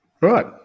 Right